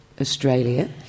Australia